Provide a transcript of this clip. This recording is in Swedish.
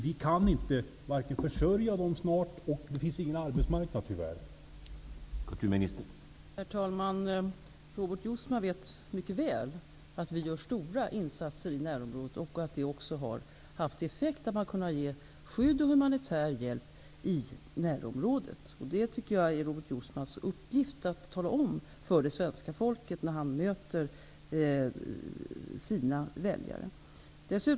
Vi kan snart varken försörja dem eller sätta dem i arbete, då det tyvärr inte finns någon fungerande arbetsmarknad att tala om.